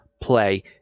Play